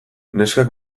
neskak